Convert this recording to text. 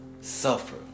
suffer